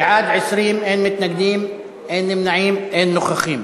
בעד, 20, אין מתנגדים, אין נמנעים, אין נוכחים,